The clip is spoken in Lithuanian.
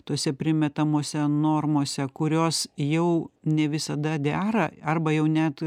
tose primetamose normose kurios jau ne visada dera arba jau net